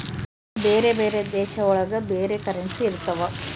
ಬೇರೆ ಬೇರೆ ದೇಶ ಒಳಗ ಬೇರೆ ಕರೆನ್ಸಿ ಇರ್ತವ